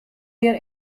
hjir